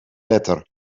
letter